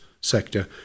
sector